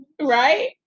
right